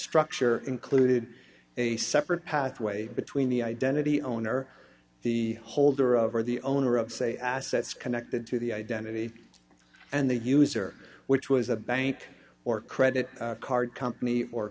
structure included a separate pathway between the identity owner the holder of or the owner of say assets connected to the identity and the user which was a bank or credit card company or